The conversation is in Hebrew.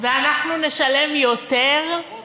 ואנחנו נשלם יותר, פחות.